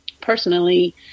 personally